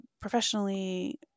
professionally